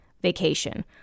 vacation